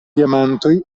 diamantoj